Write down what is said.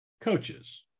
Coaches